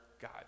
God